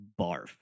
barf